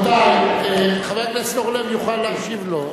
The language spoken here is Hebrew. רבותי, חבר הכנסת אורלב יוכל להשיב לו.